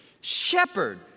Shepherd